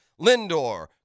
Lindor